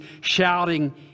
shouting